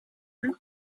plus